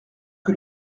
que